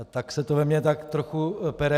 Tak se to ve mně tak trochu pere.